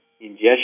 ingestion